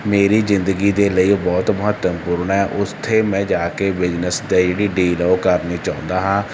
ਮੇਰੀ ਜ਼ਿੰਦਗੀ ਦੇ ਲਈ ਉਹ ਬਹੁਤ ਮਹੱਤਵਪੂਰਨ ਹੈ ਉੱਥੇ ਮੈਂ ਜਾ ਕੇ ਬਿਜਨਸ 'ਤੇ ਜਿਹੜੀ ਡੀਲ ਹੈ ਉਹ ਕਰਨੀ ਚਾਹੁੰਦਾ ਹਾਂ